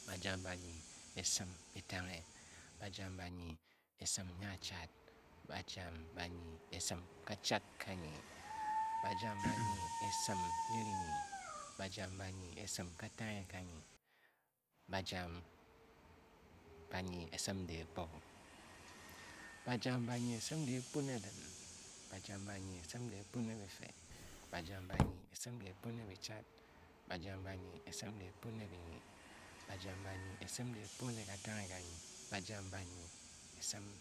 Bayam banyi esim etanghe. bayam banyi esim nyachad. bayam banyi esim kachad kanyi. bayam banyi esim nyirinyi. bayam banyi esim katanghe kanyi. bayam banyi esim dehkpo. bayam banyi esim dehkpo ne din. bayam banyi esim dehkpo ne bife. bayam banyi esim dehkpo ne bichad. bayam banyi esim dehkpo ne binyi. bayam banyi esim dehkpo ne katanghe kanyi. bayam banyi esim